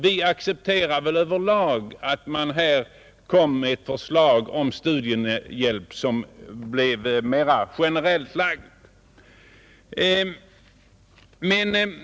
Vi accepterade väl över lag att man framlade förslag om en mera generell studiehjälp.